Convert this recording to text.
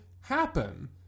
happen